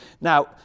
Now